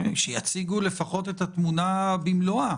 שיציגו לפחות את התמונה במלואה.